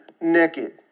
naked